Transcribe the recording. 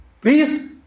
Please